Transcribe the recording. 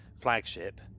flagship